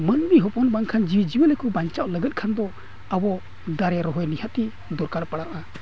ᱢᱟᱱᱢᱤ ᱦᱚᱯᱚᱱ ᱵᱟᱝᱠᱷᱟᱱ ᱡᱤᱵᱽᱼᱡᱤᱭᱟᱹᱞᱤ ᱠᱚ ᱵᱟᱧᱪᱟᱜ ᱞᱟᱹᱜᱤᱫ ᱠᱷᱟᱱ ᱫᱚ ᱟᱵᱚ ᱫᱟᱨᱮ ᱨᱚᱦᱚᱭ ᱱᱤᱦᱟᱹᱛ ᱜᱮ ᱫᱚᱨᱠᱟᱨ ᱯᱟᱲᱟᱜᱼᱟ